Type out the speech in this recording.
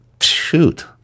shoot